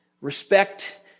Respect